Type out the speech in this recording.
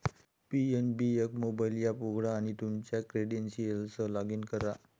PNB एक mobile app उघडा आणि तुमच्या क्रेडेन्शियल्ससह लॉग इन करा